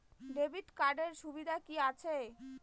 Credit কার্ডের সুবিধা কি আছে?